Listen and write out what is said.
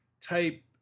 type